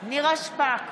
נירה שפק,